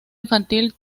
infantil